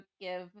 give